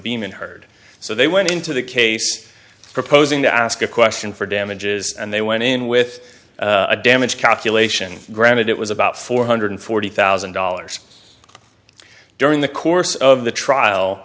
beam and heard so they went into the case proposing to ask a question for damages and they went in with a damage calculation granted it was about four hundred forty thousand dollars during the course of the trial